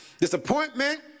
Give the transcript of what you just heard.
Disappointment